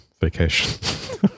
vacation